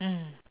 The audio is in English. mm